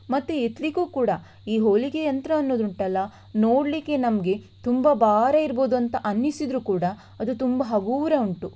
ಮತ್ತು ಎತ್ತಲಿಕ್ಕೂ ಕೂಡ ಈ ಹೊಲಿಗೆ ಯಂತ್ರ ಅನ್ನೋದುಂಟಲ್ಲ ನೋಡಲಿಕ್ಕೆ ನಮಗೆ ತುಂಬ ಭಾರ ಇರಬಹುದು ಅಂತ ಅನ್ನಿಸಿದರೂ ಕೂಡ ಅದು ತುಂಬ ಹಗುರ ಉಂಟು